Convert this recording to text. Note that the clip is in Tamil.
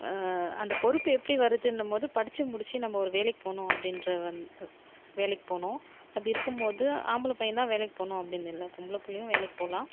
அந்த பொறுப்பு எப்படி வருதுன்னும் போது படிச்சு முடிச்சு நம்ப ஒரு வேலைக்கு போகணும் அப்படின்ற வந் வேலைக்கி போகணும் அப்படி இருக்கும் போது ஆம்பளப் பையன் தான் வேலைக்கு போகணும் அப்படின்னு இல்லை பொம்பளப் பிள்ளையும் வேலைக்கு போகலாம்